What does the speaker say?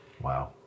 Wow